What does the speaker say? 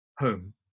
home